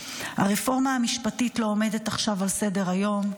"הרפורמה המשפטית לא עומדת עכשיו על סדר-היום.